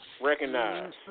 Recognize